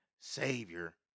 savior